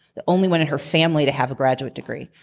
the only one in her family to have a graduate degree.